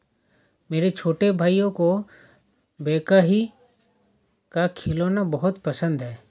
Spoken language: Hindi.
मेरे छोटे भाइयों को बैकहो का खिलौना बहुत पसंद है